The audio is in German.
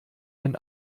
ein